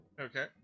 Okay